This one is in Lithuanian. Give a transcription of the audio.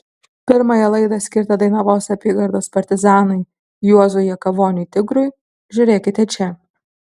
pirmąją laidą skirtą dainavos apygardos partizanui juozui jakavoniui tigrui žiūrėkite čia